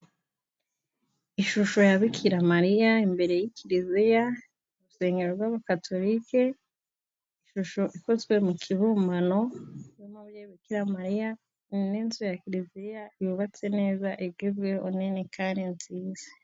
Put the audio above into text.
Ishusho ya bikiramariya imbere ya kiliziya, urusengero rwa Katorike, ishusho ikozwe mu kibumbano ya bikiramariya n'inzu ya kiliziya yubatse neza igezweho Kandi inziza.